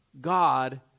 God